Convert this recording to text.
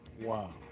Wow